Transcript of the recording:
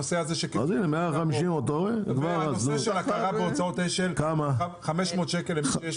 הנושא של הכרה בהוצאות אש"ל 500 שקל לעסק